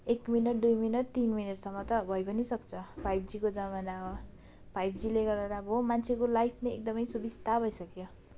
एक मिनट दुई मिनट तिन मिनटसम्म त भई पनि सक्छ फाइभ जीको जमानामा फाइभ जीले गर्दा त अब मान्छेको लाइफ नै एकदम सुबिस्ता भइसक्यो